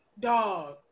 Dog